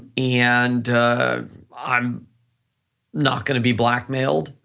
and i'm not gonna be blackmailed.